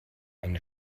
eine